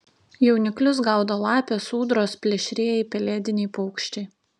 jauniklius gaudo lapės ūdros plėšrieji pelėdiniai paukščiai